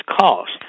cost